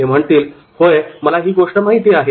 ते म्हणतील 'होय मला ही गोष्ट माहिती आहे